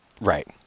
Right